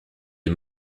est